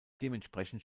dementsprechend